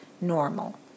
normal